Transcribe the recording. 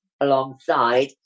alongside